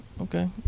Okay